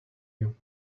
you